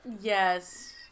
Yes